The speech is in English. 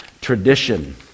tradition